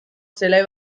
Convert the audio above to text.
zelai